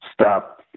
stop